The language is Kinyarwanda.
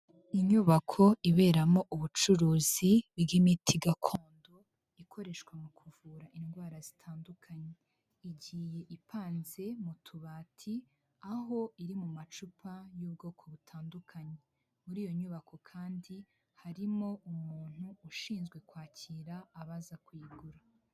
Inyubako iberamo ubucuruzi bw'imiti gakondo, ikoreshwa mu kuvura indwara zitandukanye, igiye ipanze mu tubati, aho iri mu macupa y'ubwoko butandukanye, muri iyo nyubako kandi harimo umuntu ushinzwe kwakira abaza kuyigura.